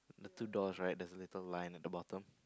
the two doors right there's a little line at the bottom